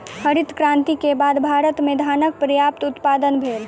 हरित क्रांति के बाद भारत में धानक पर्यात उत्पादन भेल